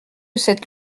cette